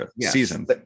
season